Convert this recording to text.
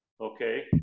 okay